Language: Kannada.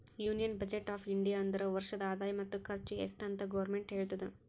ಯೂನಿಯನ್ ಬಜೆಟ್ ಆಫ್ ಇಂಡಿಯಾ ಅಂದುರ್ ವರ್ಷದ ಆದಾಯ ಮತ್ತ ಖರ್ಚು ಎಸ್ಟ್ ಅಂತ್ ಗೌರ್ಮೆಂಟ್ ಹೇಳ್ತುದ